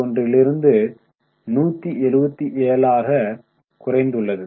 421 லிருந்து 177 ஆக குறைந்துள்ளது